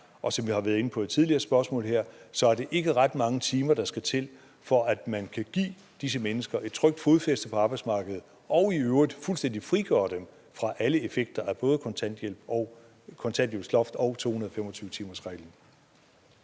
Og som jeg har været inde på i tidligere spørgsmål her, er det ikke ret mange timer, der skal til, for at man kan give disse mennesker et trygt fodfæste på arbejdsmarkedet og i øvrigt fuldstændig frigøre dem fra alle effekter af både kontanthjælpsloftet og 225-timersreglen.